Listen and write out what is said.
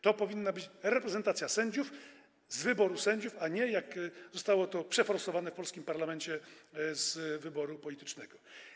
To powinna być reprezentacja sędziów z wyboru sędziów, a nie, jak zostało to przeforsowane w polskim parlamencie, z wyboru politycznego.